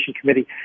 committee